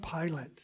Pilate